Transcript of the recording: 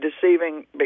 deceiving